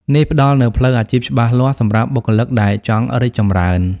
នេះផ្ដល់នូវផ្លូវអាជីពច្បាស់លាស់សម្រាប់បុគ្គលិកដែលចង់រីកចម្រើន។